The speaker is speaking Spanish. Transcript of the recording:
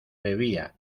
bebía